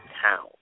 town